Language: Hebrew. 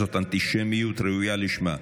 אני רוצה מדינה, בכל מקום.